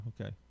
okay